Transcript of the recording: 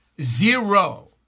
zero